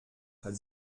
hat